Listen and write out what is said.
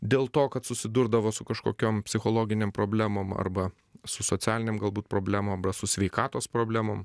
dėl to kad susidurdavo su kažkokiom psichologinėm problemom arba su socialinėm galbūt problemom arba su sveikatos problemom